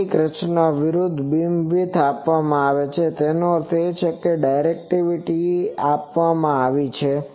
કેટલીક રચનાઓમાં વિરુદ્ધ બીમવિડ્થ આપવામાં આવે છે તેનો અર્થ એ કે ડાયરેક્ટિવિટી આપવામાં આવી છે